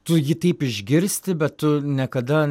tu jį taip išgirsti bet tu niekada